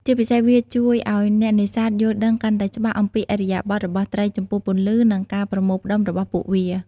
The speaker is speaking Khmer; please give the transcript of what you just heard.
ជាពិសេស វាជួយឱ្យអ្នកនេសាទយល់ដឹងកាន់តែច្បាស់អំពីឥរិយាបថរបស់ត្រីចំពោះពន្លឺ និងការប្រមូលផ្តុំរបស់ពួកវា។